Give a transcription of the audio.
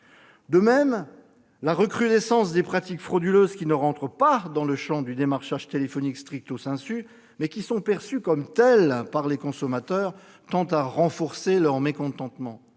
De même, la recrudescence des pratiques frauduleuses qui ne rentrent pas dans le champ du démarchage téléphonique, mais qui sont perçues comme telles par les consommateurs, tend à renforcer le mécontentement